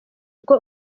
ubwo